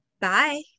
Bye